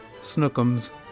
Snookums